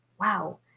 wow